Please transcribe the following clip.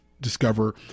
discover